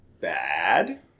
bad